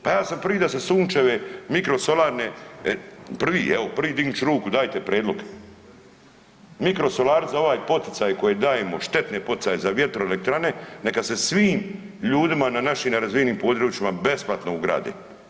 Pa ja sam prvi da se sunčeve mikrosolarne, prvi, evo prvi, dignut ću ruku, dajte prijedlog, mikrosolari za ovaj poticaj koje dajemo, štetne poticaje za vjetroelektrane neka se svim ljudima na našim nerazvijenim područjima besplatno ugrade.